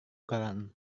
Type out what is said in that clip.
koran